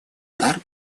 удар